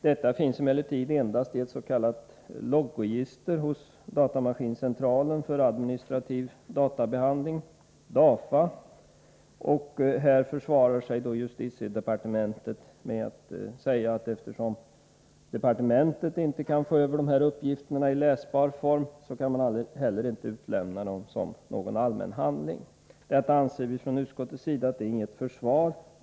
Detta finns emellertid endast i ett s.k. loggregister hos datamaskincentralen för administrativ databehandling, DAFA. Justitiedepartementet försvarar sig med att säga, att eftersom departementet inte kan få över dessa uppgifter i läsbar form kan man heller inte överlämna dem som någon allmän handling. Detta anser vi från utskottets sida inte vara något försvar.